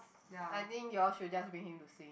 I think you all should just bring him to swim